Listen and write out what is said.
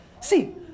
See